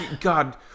God